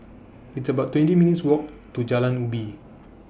It's about twenty minutes' Walk to Jalan Ubi